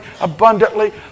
abundantly